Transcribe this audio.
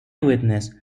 witness